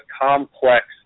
complex